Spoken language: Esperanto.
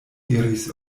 diris